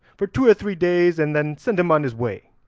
for two or three days, and then send him on his way